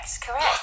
Correct